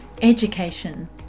education